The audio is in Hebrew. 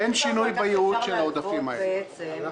ואין שינוי ביעוד של העודפים האלה.